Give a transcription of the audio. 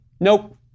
nope